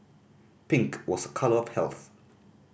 pink was a colour of health